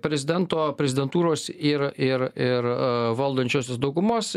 prezidento prezidentūros ir ir ir valdančiosios daugumos